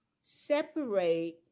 separate